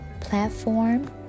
platform